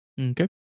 Okay